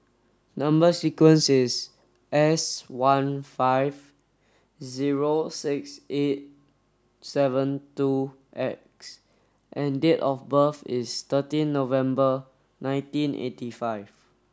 number sequence is S one five zero six eight seven two X and date of birth is thirteen November nineteen eighty five